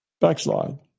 backslide